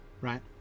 right